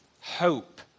hope